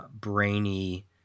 brainy